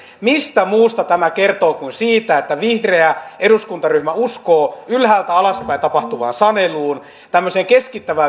mistä muusta tämä kertoo kuin siitä että vihreä eduskuntaryhmä uskoo ylhäältä alaspäin tapahtuvaan saneluun tämmöiseen keskittävään vihreyteen ei realistiseen vihreyteen